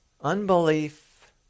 Unbelief